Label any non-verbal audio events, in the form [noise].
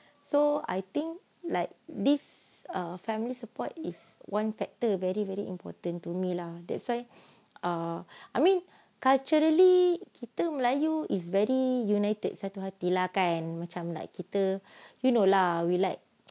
so I think like this uh family support is one factor very very important to me lah that's why err I mean culturally kita melayu is very united satu hati lah kan macam like kita you know lah [noise] we are like